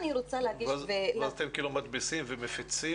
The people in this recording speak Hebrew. ואז אתם כאילו מדפיסים ומפיצים?